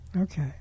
Okay